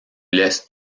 laissent